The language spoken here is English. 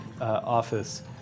office